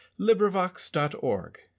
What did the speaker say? LibriVox.org